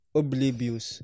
oblivious